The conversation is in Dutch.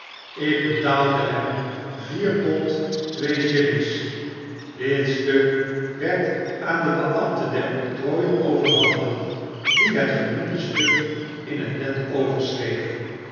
ik betaalde hem vier pond twee shillings dit stuk werd aan den beambte der octrooien overhandigd die het genoemde stuk in t net